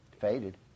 faded